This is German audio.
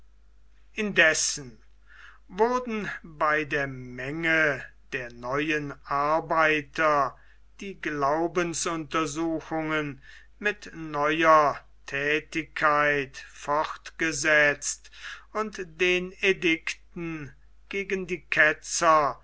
indessen wurden bei der menge der neuen arbeiter die glaubensuntersuchungen mit neuer thätigkeit fortgesetzt und den edikten gegen die ketzer